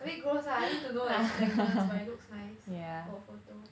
a bit gross lah I mean to know that it's planktons but it looks nice for photo